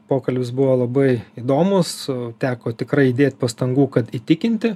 pokalbis buvo labai įdomus teko tikrai įdėt pastangų kad įtikinti